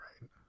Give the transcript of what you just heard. right